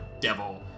devil